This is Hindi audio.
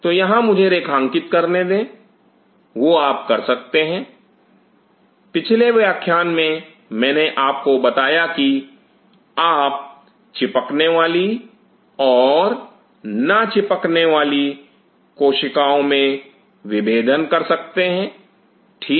तो यहां मुझे रेखांकित करने दे वह आप कर सकते हैं पिछले व्याख्यान में मैंने आपको बताया की आप चिपकने वाली और ना चिपकने वाली कोशिकाओं में विभेदन कर सकते हैं ठीक